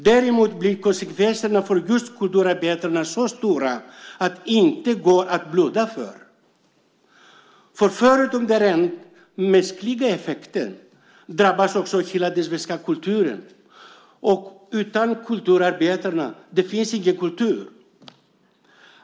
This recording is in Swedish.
Däremot blir konsekvenserna för kulturarbetarna så stora att det inte går att blunda för dem. Förutom den rent mänskliga effekten drabbas hela den svenska kulturen. Utan kulturarbetare finns det ingen kultur.